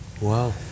Wow